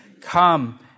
Come